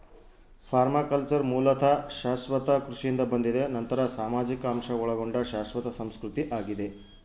permaculture ಮೂಲತಃ ಶಾಶ್ವತ ಕೃಷಿಯಿಂದ ಬಂದಿದೆ ನಂತರ ಸಾಮಾಜಿಕ ಅಂಶ ಒಳಗೊಂಡ ಶಾಶ್ವತ ಸಂಸ್ಕೃತಿ ಆಗಿದೆ